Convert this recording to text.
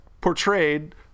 portrayed